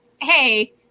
hey